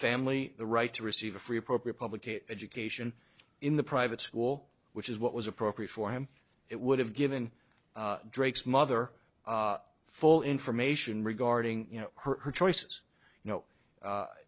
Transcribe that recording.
family the right to receive a free appropriate public a education in the private school which is what was appropriate for him it would have given drake's mother full information regarding you know her choices you know